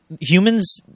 humans